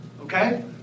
okay